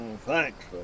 thanks